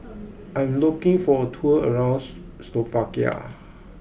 I am looking for a tour around Slovakia